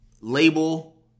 label